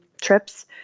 trips